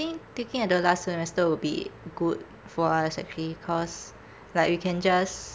think taking at the last semester would be good for us actually cause like we can just